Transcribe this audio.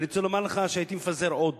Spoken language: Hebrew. ואני רוצה לומר לך שהייתי מפזר עוד.